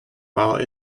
while